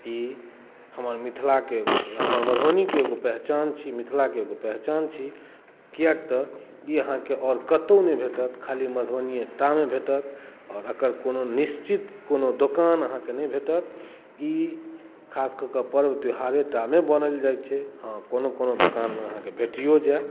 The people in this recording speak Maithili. ई हमर मिथिलाके एकगो हमर मधुबनीके एकगो पहिचान छी मिथिलाके एकगो पहिचान छी किएक तऽ ई अहाँके आओर कतौ नहि भेटत खाली मधुबनिये टामे भेटत आओर एकर कोनो निश्चित कोनो दोकान अहाँके नहि भेटत ई खास कए कऽ पर्व त्यौहारेमे टा बनाओल जाइ छै हँ कोनो कोनो दोकानमे अहाँके भेटियो जाइ